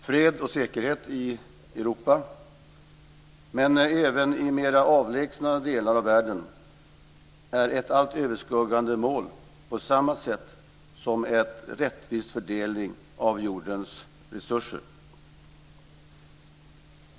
Fred och säkerhet i Europa men även i mera avlägsna delar av världen är ett allt överskuggande mål på samma sätt som en rättvis fördelning av jordens resurser.